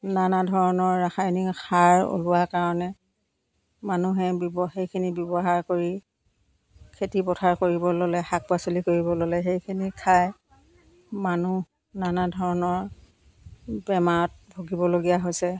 নানা ধৰণৰ ৰাসায়নিক সাৰ ওলোৱা কাৰণে মানুহে সেইখিনি ব্যৱহাৰ কৰি খেতি পথাৰ কৰিব ল'লে শাক পাচলি কৰিব ল'লে সেইখিনি খাই মানুহ নানা ধৰণৰ বেমাৰত ভুগিবলগীয়া হৈছে